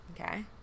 okay